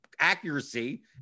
Accuracy